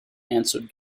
answered